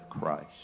Christ